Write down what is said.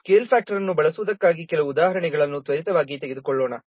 ಈಗ ನಾವು scale factor ಅನ್ನು ಬಳಸುವುದಕ್ಕಾಗಿ ಕೆಲವು ಉದಾಹರಣೆಗಳನ್ನು ತ್ವರಿತವಾಗಿ ತೆಗೆದುಕೊಳ್ಳೋಣ